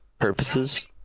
purposes